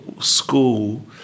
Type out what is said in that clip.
school